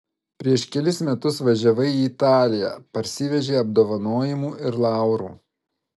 prieš kelis metus važiavai į italiją parsivežei apdovanojimų ir laurų